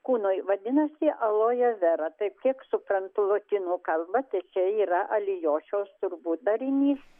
kūnui vadinasi aloje vera tai kiek suprantu lotynų kalbą tai čia yra alijošiaus turbūt darinys